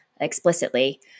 explicitly